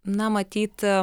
na matyt aaa